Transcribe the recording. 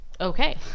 Okay